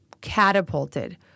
catapulted